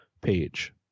page